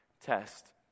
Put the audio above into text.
test